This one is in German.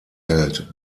hält